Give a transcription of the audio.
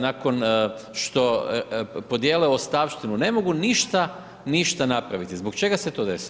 Nakon što podijele ostavštinu, ne mogu ništa, ništa napraviti, zbog čega se to desilo?